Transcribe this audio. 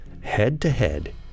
head-to-head